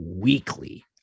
weekly